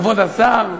כבוד השר,